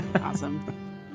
awesome